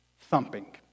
thumping